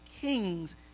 king's